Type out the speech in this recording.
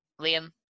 Liam